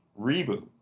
reboot